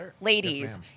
Ladies